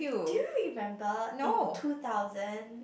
do you remember in two thousand